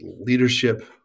leadership